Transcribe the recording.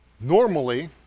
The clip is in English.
normally